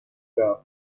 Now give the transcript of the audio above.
growth